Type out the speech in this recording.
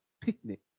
picnic